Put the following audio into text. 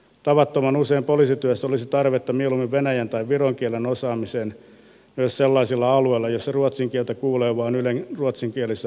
tavattoman usein poliisityössä olisi tarvetta mieluummin myös venäjän tai viron kielen osaamiseen sellaisilla alueilla joilla ruotsin kieltä kuulee vain ylen ruotsinkielisissä uutisissa